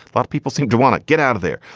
but people seem to want to get out of there.